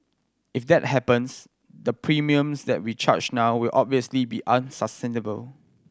if that happens the premiums that we charge now will obviously be unsustainable